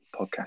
podcast